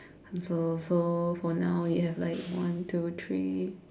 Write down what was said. so so so for now you have like one two three